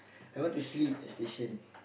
I want to sleep at station